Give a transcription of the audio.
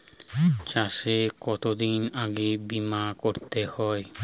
চাষে কতদিন আগে বিমা করাতে হয়?